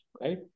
right